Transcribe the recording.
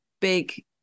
big